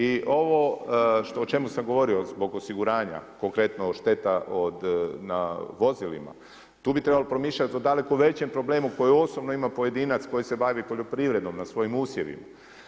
I ovo o čemu samo govorio zbog osiguranja, konkretno šteta na vozilima, tu bi trebalo promišljati o daleko većem problemu koji osobno ima pojedinac koji se bavi poljoprivredom na svojim usjevima.